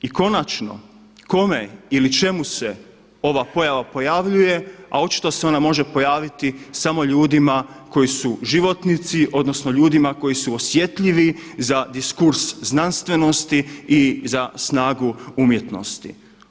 I konačno, kome ili čemu se ova pojava pojavljuje, a očito se ona može pojaviti samo ljudima koji su životnici odnosno ljudima koji su osjetljivi za diskurs znanstvenosti i za snagu umjetnosti.